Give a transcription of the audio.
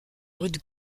rude